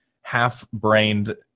half-brained